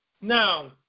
now